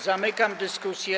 Zamykam dyskusję.